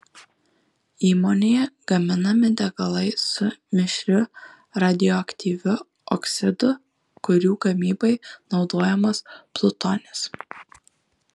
įmonėje gaminami degalai su mišriu radioaktyviu oksidu kurių gamybai naudojamas plutonis